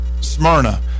Smyrna